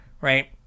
Right